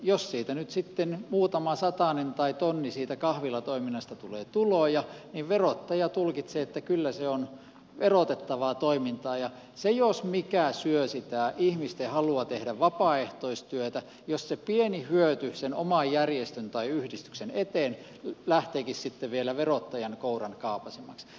jos nyt sitten muutama satanen tai tonni siitä kahvilatoiminnasta tulee tuloja niin verottaja tulkitsee että kyllä se on verotettavaa toimintaa ja se jos mikä syö sitä ihmisten halua tehdä vapaaehtoistyötä jos se pieni hyöty sen oman järjestön tai yhdistyksen eteen lähteekin sitten vielä verottajan kouran kaapaisemaksi